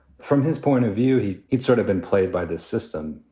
from his point of view, he it's sort of been played by the system.